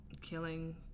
Killing